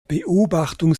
beobachtung